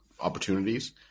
opportunities